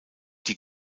die